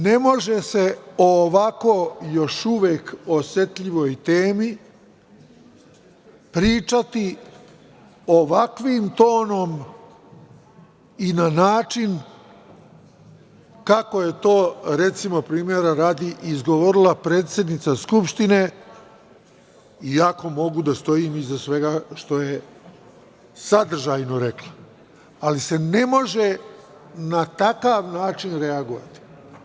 Ne može se o ovako još uvek osetljivoj temi pričati ovakvim tonom i na način kako je to recimo primera radi izgovorila predsednica Skupštine iako mogu da stojim iza svega što je sadržajno rekla, ali se ne može na takav način reagovati.